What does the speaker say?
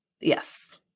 Yes